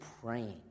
praying